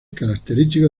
característico